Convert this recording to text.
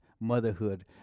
motherhood